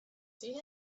seen